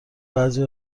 بعضی